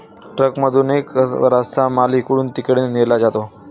ट्रकमधूनही बराचसा माल इकडून तिकडे नेला जातो